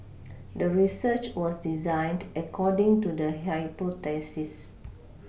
the research was designed according to the hypothesis